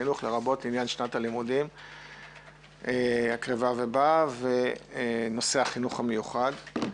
לרבות לעניין שנת הלימודים הקרבה ובאה ונושא החינוך המיוחד.